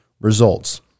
results